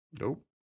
Nope